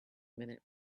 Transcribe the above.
minute